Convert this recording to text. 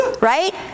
Right